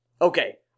okay